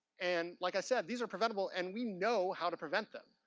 and like i said, these are preventable and we know how to prevent them.